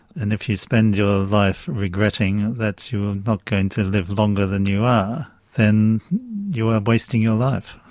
and if you spend your life regretting that you're not going to live longer than you are, then you are wasting your life.